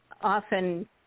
often